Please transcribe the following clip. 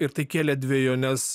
ir tai kėlė dvejones